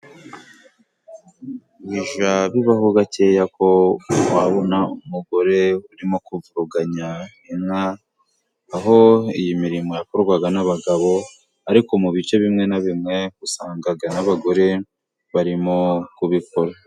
Bijya bibaho gakeya ko wabona umugore urimo kuvuruganya inka, aho iyi mirimo yakorwaga n'abagabo, ariko mu bice bimwe na bimwe usangaga n'abagore barimo kubikora.